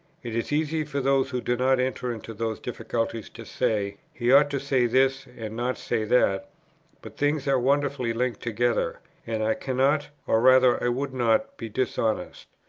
it is easy for those who do not enter into those difficulties to say, he ought to say this and not say that but things are wonderfully linked together, and i cannot, or rather i would not be dishonest.